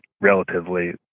relatively